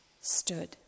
stood